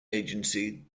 agency